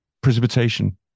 precipitation